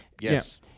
Yes